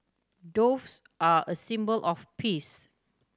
doves are a symbol of peace